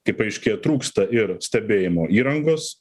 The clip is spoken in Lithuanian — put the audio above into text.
kaip paaiškėjo trūksta ir stebėjimo įrangos